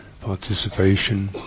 participation